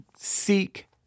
Seek